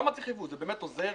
זה באמת עוזר